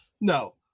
No